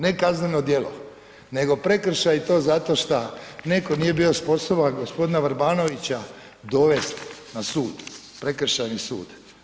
Ne kazneno djelo, nego prekršaj i to zato što netko nije bio sposoban gospodina Vrbanovića dovesti na sud, Prekršajni sud.